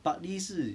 partly 是